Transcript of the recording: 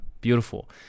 beautiful